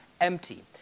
empty